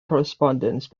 correspondence